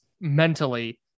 mentally